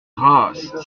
grâce